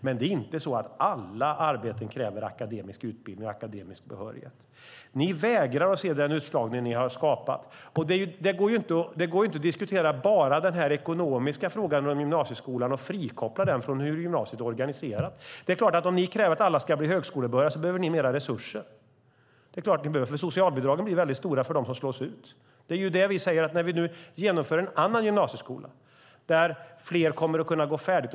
Men det är inte så att alla arbeten kräver akademisk utbildning och akademisk behörighet. Ni vägrar att se den utslagning ni har skapat. Det går inte att diskutera bara den ekonomiska frågan om gymnasieskolan och frikoppla den från hur gymnasiet är organiserat. Om ni kräver att alla ska bli högskolebehöriga är det klart att ni behöver mer resurser. För socialbidragen blir väldigt stora för dem som slås ut. Vi genomför nu en annan gymnasieskola där fler kommer att kunna gå färdigt.